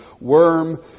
worm